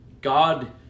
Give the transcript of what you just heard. God